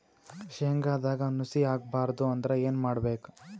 ಶೇಂಗದಾಗ ನುಸಿ ಆಗಬಾರದು ಅಂದ್ರ ಏನು ಮಾಡಬೇಕು?